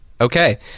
Okay